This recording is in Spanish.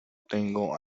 tengo